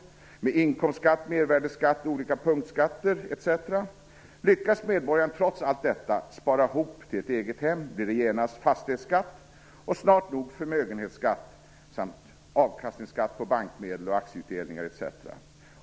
Man betalar inkomstskatt, mervärdesskatt och olika punktskatter etc. Lyckas medborgaren trots allt detta spara ihop till ett eget hem, blir det genast fastighetsskatt och snart nog förmögenhetsskatt samt avkastningsskatt på bankmedel och aktieutdelningar etc.